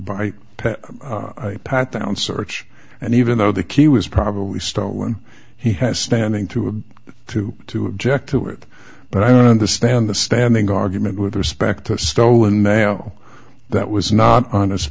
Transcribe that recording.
buy a pat down search and even though the key was probably stolen he has standing to a two to object to it but i don't understand the standing argument with respect to stolen mayo that was not honest